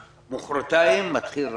מחרתיים מתחיל הרמדאן.